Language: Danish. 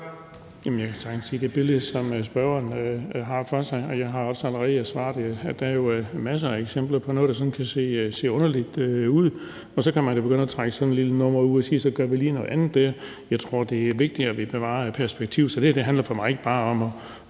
det billede, som spørgeren ser for sig, og jeg har også allerede svaret, at der jo er masser af eksempler på noget, der sådan kan se underligt ud, og så kan man da begynde at trække sådan et lille nummer ud og sige: Så gør vi lige noget andet der. Jeg tror, det er vigtigere, at vi bevarer perspektivet, så det her handler for mig ikke bare om en